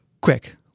quick